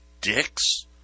dicks